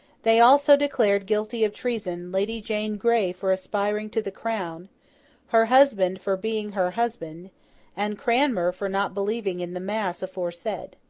they also declared guilty of treason, lady jane grey for aspiring to the crown her husband, for being her husband and cranmer, for not believing in the mass aforesaid.